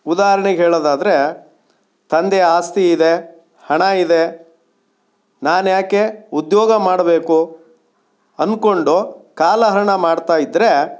ಉದಾಹರ್ಣೆಗೆ ಹೇಳೋದಾದರೆ ತಂದೆಯ ಆಸ್ತಿ ಇದೆ ಹಣ ಇದೆ ನಾನು ಯಾಕೆ ಉದ್ಯೋಗ ಮಾಡಬೇಕು ಅಂದ್ಕೊಂಡು ಕಾಲಹರಣ ಮಾಡ್ತಾ ಇದ್ದರೇ